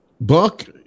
Buck